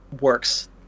works